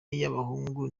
y’abahungu